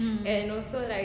mm